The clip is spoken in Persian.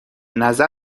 نظر